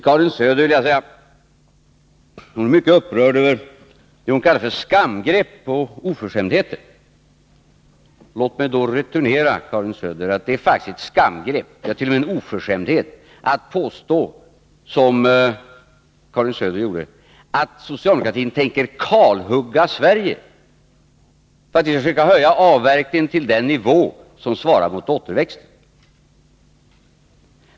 Karin Söder är mycket upprörd över vad hon kallar för skamgrepp och oförskämdheter. Låt mig då returnera, Karin Söder, att det faktiskt är ett skamgrepp — ja, t.o.m. en oförskämdhet — att påstå, som Karin Söder gjorde, att socialdemokratin kommer att kalhugga Sverige för att vi vill försöka höja avverkningen till den nivå som svarar mot återväxten.